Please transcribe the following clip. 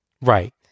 Right